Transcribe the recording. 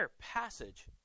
passage